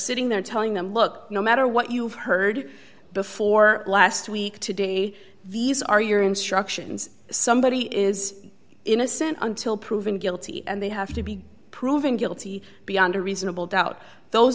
sitting there telling them look no matter what you've heard before last week today these are your instructions somebody is innocent until proven guilty and they have to be proven guilty beyond a reasonable doubt those